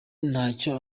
ntacyo